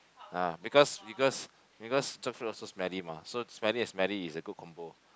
ah because because because jackfruit also smelly mah so smelly and smelly is a good combo